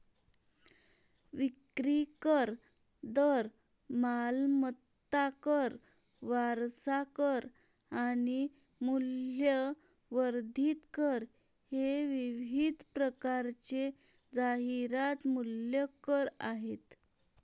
विक्री कर, दर, मालमत्ता कर, वारसा कर आणि मूल्यवर्धित कर हे विविध प्रकारचे जाहिरात मूल्य कर आहेत